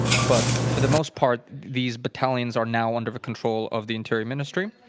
but for the most part, these battalions are now under the control of the interior ministry.